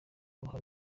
uruhare